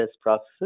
processes